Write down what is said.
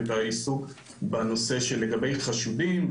והעיסוק בנושא לגבי חשודים,